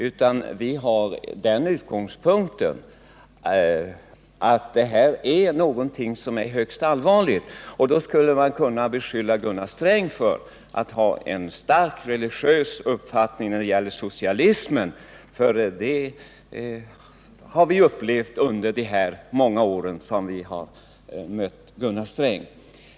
Vi har bara den utgångspunkten att det gäller någonting högst allvarligt. Då skulle man kunna beskylla Gunnar Sträng för att ha en starkt religiös uppfattning när det gäller socialismen, för det har vi upplevt under de många år som vi har mött Gunnar Sträng.